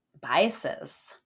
biases